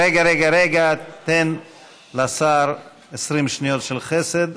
רגע, תן לשר 20 שניות של חסד.